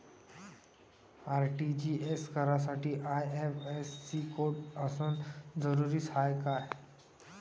RTGS करासाठी IFSC code असनं जरुरीच हाय का?